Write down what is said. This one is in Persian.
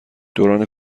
دوران